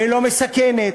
ולא מסכנת,